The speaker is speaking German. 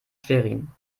schwerin